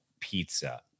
pizza